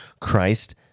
Christ